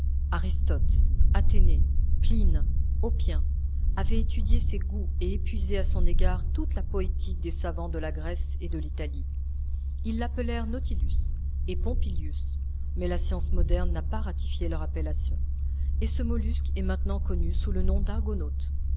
aristote athénée pline oppien avaient étudié ses goûts et épuisé à son égard toute la poétique des savants de la grèce et de l'italie ils l'appelèrent nautilus et pompylius mais la science moderne n'a pas ratifié leur appellation et ce mollusque est maintenant connu sous le nom